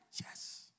yes